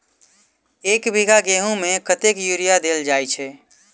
एक बीघा गेंहूँ मे कतेक यूरिया देल जाय छै?